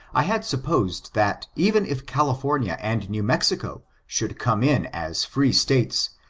i had supposed that even if california and new mexico should come in as free states,